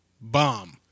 Bomb